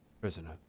prisoner